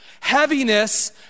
heaviness